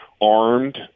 armed